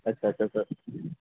ਅੱਛਾ ਅੱਛਾ ਅੱਛਾ